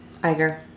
Iger